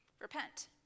Repent